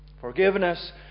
Forgiveness